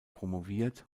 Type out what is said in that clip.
promoviert